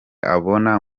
abona